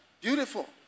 Beautiful